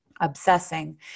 obsessing